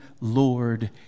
Lord